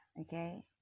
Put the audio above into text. okay